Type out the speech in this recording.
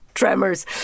Tremors